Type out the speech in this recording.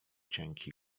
cienki